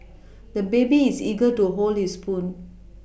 the baby is eager to hold his spoon